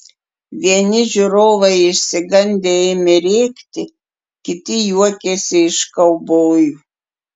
vieni žiūrovai išsigandę ėmė rėkti kiti juokėsi iš kaubojų